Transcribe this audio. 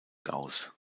gauß